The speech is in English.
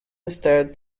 stared